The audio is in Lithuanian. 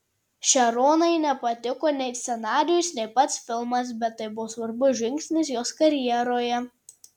šeronai nepatiko nei scenarijus nei pats filmas bet tai buvo svarbus žingsnis jos karjeroje